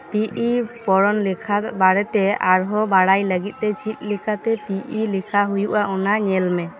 P ᱤ ᱯᱚᱲᱚᱱ ᱞᱮᱠᱷᱟ ᱵᱟᱨᱮᱛᱮ ᱟᱨᱦᱚᱸ ᱵᱟᱲᱟᱭ ᱞᱟᱹᱜᱤᱫ ᱛᱮ ᱪᱮᱫ ᱞᱮᱠᱟᱛᱮ ᱯᱤ ᱤ ᱞᱮᱠᱷᱟ ᱦᱩᱭᱩᱜᱼᱟ ᱚᱱᱟ ᱧᱮᱞ ᱢᱮ